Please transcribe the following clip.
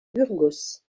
burgos